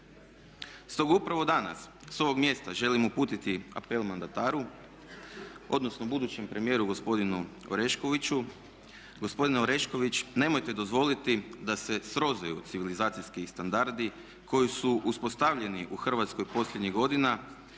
Stoga upravo danas s ovog mjesta želim uputiti apel mandataru odnosno budućem premijeru gospodinu Oreškoviću, gospodine Orešković nemojte dozvoliti da se srozaju civilizacijski standardi koji su uspostavljeni u Hrvatskoj posljednjih godina